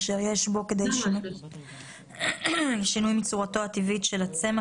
אשר יש בו כדי שינוי מצורתו הטבעית של הצמח,